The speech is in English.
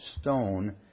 stone